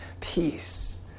Peace